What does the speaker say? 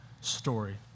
story